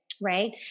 right